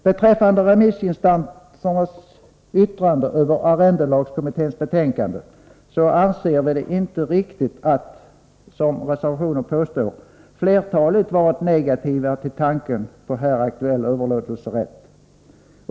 Beträffande remissinstansernas yttrande över arrendelagskommitténs betänkande anser vi det inte riktigt att — som reservanterna påstår — flertalet varit negativa till tanken på här aktuell överlåtelserätt.